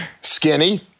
Skinny